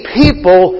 people